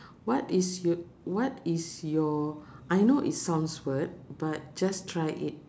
what is you~ what is your I know it sounds weird but just try it